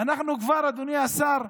אדוני השר,